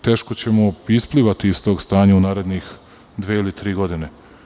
Teško ćemo isplivati iz tog stanja u narednih dve ili tri godine.